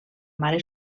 mare